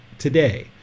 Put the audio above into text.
Today